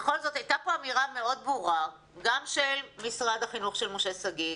בכל זאת הייתה פה אמירה מאוד ברורה גם של משרד החינוך של משה שגיא,